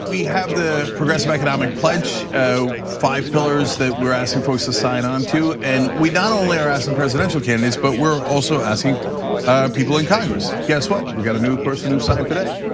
we have the progressive economic pledge of ah five pillars that we're asking folks to sign on to, and we not only are asking presidential candidates but we're also asking people in congress. guess what? we've got a new person who signed today.